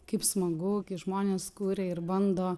kaip smagu kai žmonės kuria ir bando